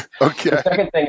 Okay